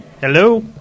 Hello